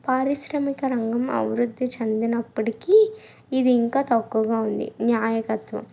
పారిశ్రామిక రంగం అబివుృద్ది చెందినప్పటికీ ఇది ఇంకా తక్కువగా ఉంది నాయకత్వం